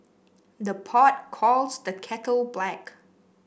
the pot calls the kettle black